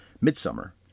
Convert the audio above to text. Midsummer